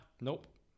Nope